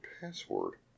password